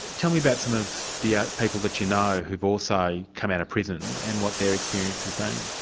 tell me about some of the ah people that you know who've also come out of prison, and what their experience has been.